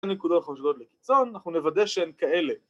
‫נקודות חושבות לקיצון, ‫אנחנו נוודא שהן כאלה.